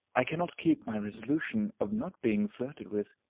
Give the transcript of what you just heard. i cannot keep my resolution of not being flirted with.